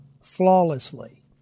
flawlessly